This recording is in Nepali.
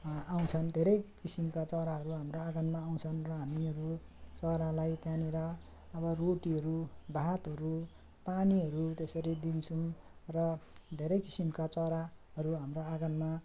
आउँछन् धेरै किसिमका चराहरू हाम्रा आँगनमा आउँछन् र हामीहरू चरालाई त्यहाँनेर अब रोटीहरू भातहरू पानीहरू त्यसरी दिन्छौँ र धेरै किसिमका चराहरू हाम्रा आँगनमा